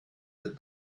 with